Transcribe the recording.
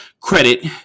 credit